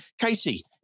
Katie